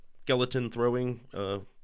skeleton-throwing